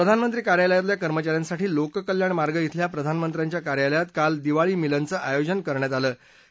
प्रधानमंत्री कार्यालयातल्या कर्मचाऱ्यांसाठी लोककल्याण मार्ग इथल्या प्रधानमंत्र्यांच्या कार्यालयात काल दिवाळी मिलनचं आयोजन करण्यात आलं होतं